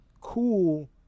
cool